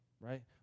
right